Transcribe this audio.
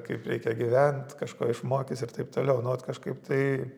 kaip reikia gyvent kažko išmokys ir taip toliau nu ot kažkaip tai